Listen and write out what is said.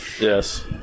Yes